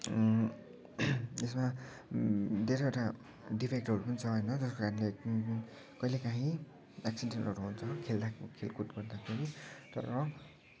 यसमा धेरैवटा डिफेक्टहरू पनि छ होइन जसको कारणले कहिले कहीँ एक्सिडेक्न्टहरू हुन्छ खेल्दा खेलकुद गर्दाखेरि तर